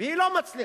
והיא לא מצליחה,